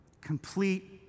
Complete